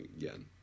again